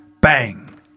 Bang